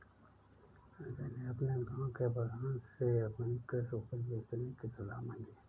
अजय ने अपने गांव के प्रधान से अपनी कृषि उपज बेचने की सलाह मांगी